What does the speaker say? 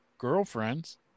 Girlfriends